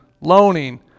loaning